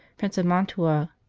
prince of mantua.